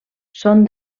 són